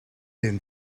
been